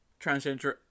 transgender